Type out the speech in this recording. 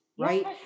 Right